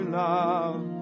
love